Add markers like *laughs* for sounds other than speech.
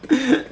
*laughs*